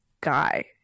guy